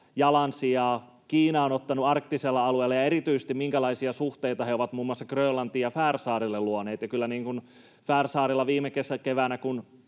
jalansijaa Kiina on ottanut arktisella alueella ja erityisesti minkälaisia suhteita he ovat muun muassa Grönlantiin ja Färsaarille luoneet, niin kun viime keväänä